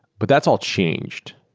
but that's all changed,